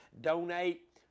donate